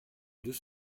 deux